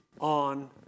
on